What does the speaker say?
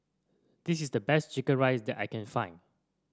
this is the best chicken rice that I can find